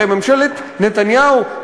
הרי ממשלת נתניהו,